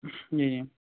جی جی